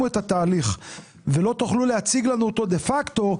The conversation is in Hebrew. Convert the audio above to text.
את התהליך ולא תוכלו להציג לנו אותו דה פקטו,